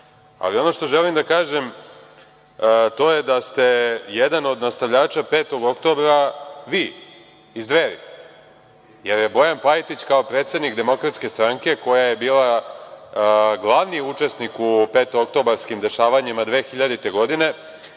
zanima. Ono što želim da kažem, jeste da ste jedan od nastavljača 5. oktobra vi, iz Dveri, jer je Bojan Pajtić kao predsednik DS koja je bila glavni učesnik u petooktobarskim dešavanjima 2000. godine,